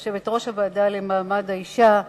יושבת-ראש הוועדה למעמד האשה,